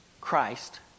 Christ